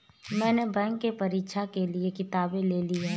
मैने बैंक के परीक्षा के लिऐ किताबें ले ली हैं